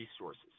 resources